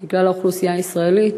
מכלל האוכלוסייה הישראלית